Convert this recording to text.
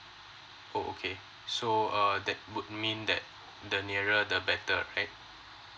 oh okay so err that would mean that the nearer the better right